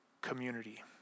community